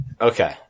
Okay